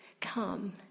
come